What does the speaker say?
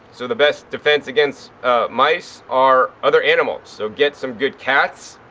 so the best defense against mice are other animals. so get some good cats.